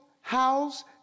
house